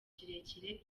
kirekire